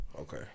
Okay